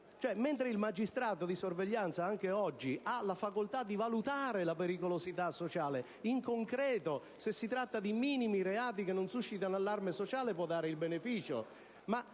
termini, mentre il magistrato di sorveglianza anche oggi ha la facoltà di valutare la pericolosità sociale in concreto, e se si tratta di reati minori che non suscitano allarme sociale può dare il beneficio,